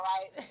Right